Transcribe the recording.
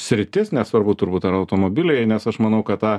sritis nesvarbu turbūt ar automobiliai nes aš manau kad tą